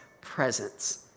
presence